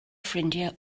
ffrindiau